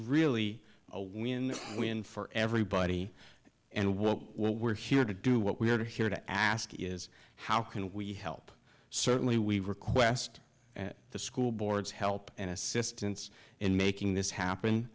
really a win win for everybody and what we're here to do what we're here to ask is how can we help certainly we request the school boards help and assistance in making this happen